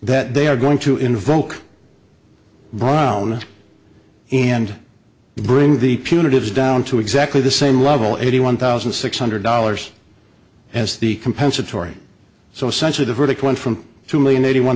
that they are going to invoke brown and bring the punitive down to exactly the same level eighty one thousand six hundred dollars as the compensatory so sensitive verdict one from two million eighty one